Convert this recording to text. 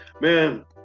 Man